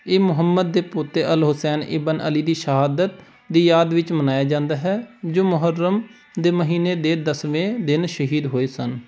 ਇਹ ਮੁਹੰਮਦ ਦੇ ਪੋਤੇ ਅਲ ਹੁਸੈਨ ਇਬਨ ਅਲੀ ਦੀ ਸ਼ਹਾਦਤ ਦੀ ਯਾਦ ਵਿੱਚ ਮਨਾਇਆ ਜਾਂਦਾ ਹੈ ਜੋ ਮੁਹੱਰਮ ਦੇ ਮਹੀਨੇ ਦੇ ਦਸਵੇਂ ਦਿਨ ਸ਼ਹੀਦ ਹੋਏ ਸਨ